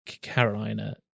Carolina